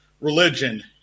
religion